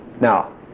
now